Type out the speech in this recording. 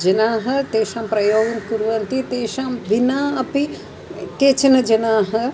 जनाः तेषां प्रयोगं कुर्वन्ति तेषां विना अपि केचन जनाः